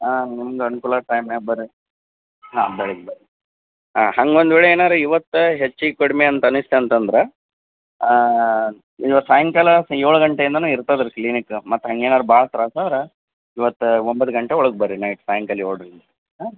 ಹಾಂ ನಿಮ್ದು ಅನ್ಕೂಲಾದ ಟೈಮ್ನ್ಯಾಗ ಬನ್ರಿ ಹಾಂ ಬೆಳಿಗ್ಗೆ ಬನ್ರಿ ಹಾಂ ಹಂಗೆ ಒಂದು ವೇಳೆ ಏನಾರೂ ಇವತ್ತು ಹೆಚ್ಚು ಕಡಿಮೆ ಅಂತ ಅನಿಸ್ತು ಅಂತಂದ್ರೆ ಇವತ್ತು ಸಾಯಂಕಾಲ ಏಳು ಗಂಟೆಯಿಂದಲೂ ಇರ್ತದೆ ರೀ ಕ್ಲಿನಿಕ್ ಮತ್ತು ಹಂಗೇನಾರೂ ಭಾಳ ತ್ರಾಸು ಆದ್ರೆ ಇವತ್ತು ಒಂಬತ್ತು ಗಂಟೆ ಒಳಗೆ ಬನ್ರಿ ನೈಟ್ ಸಾಯಂಕಾಲ ಏಳರಿಂದ ಹಾಂ